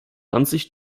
ansicht